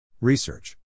Research